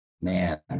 Man